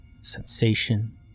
Sensation